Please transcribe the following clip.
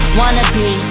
wannabe